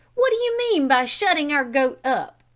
what do you mean by shutting our goat up?